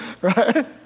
Right